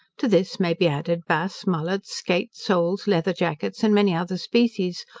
to this may be added bass, mullets, skait, soles, leather-jackets, and many other species,